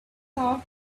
served